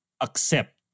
accept